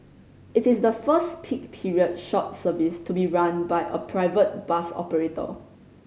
it is the first peak period short service to be run by a private bus operator